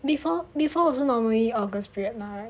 before before also normally august period right